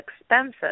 expensive